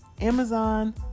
Amazon